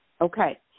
Okay